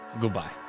Goodbye